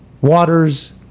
waters